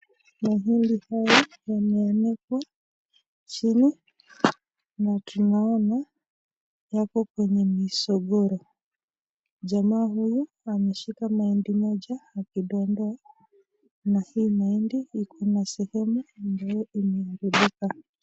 Mahindi haya yameanikwa chini na tunaona yako kwenye misogoro, jamaa huyu ameshika mahindi moja akidondoa na hii mahindi iko na sehemu ambayo imeharibika.